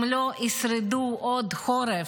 הם לא ישרדו עוד חורף.